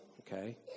okay